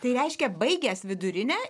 tai reiškia baigęs vidurinę